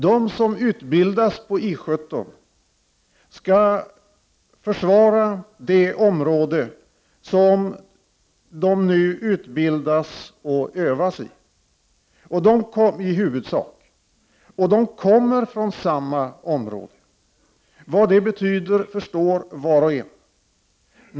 De som utbildas på I 17 skall i huvudsak försvara det område som de nu utbildas och övas i, och de kommer från samma område. Vad det betyder förstår var och en.